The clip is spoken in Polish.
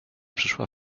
przyszła